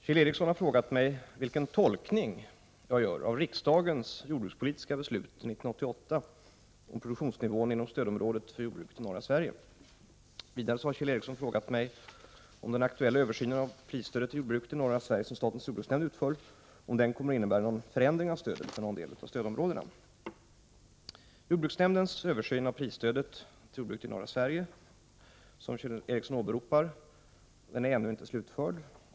Herr talman! Kjell Ericsson har frågat mig vilken tolkning jag gör av riksdagens jordbrukspolitiska beslut 1988 om produktionsnivån inom stödområdet för jordbruket i norra Sverige. Vidare har Kjell Ericsson frågat mig om den aktuella översynen av prisstödet till jordbruket i norra Sverige som statens jordbruksnämnd utför kommer att innebära någon förändring av stödet för någon del av stödområdena. Jordbruksnämndens översyn av prisstödet till jordbruket i norra Sverige som Kjell Ericsson åberopar är ännu inte slutförd.